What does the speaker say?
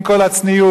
עם כל הצניעות,